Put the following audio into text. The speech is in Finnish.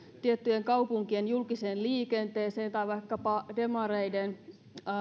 tiettyjen kaupunkien julkiseen liikenteeseen tai vaikkapa demareiden